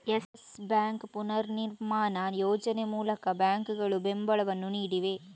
Yes Bank ಪುನರ್ನಿರ್ಮಾಣ ಯೋಜನೆ ಮೂಲಕ ಬ್ಯಾಂಕುಗಳು ಬೆಂಬಲವನ್ನು ನೀಡಿವೆ